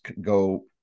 go